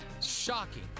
Shocking